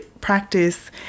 practice